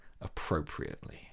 appropriately